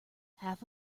half